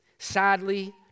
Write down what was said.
Sadly